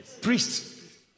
priests